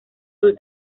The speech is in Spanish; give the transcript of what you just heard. sus